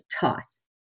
Toss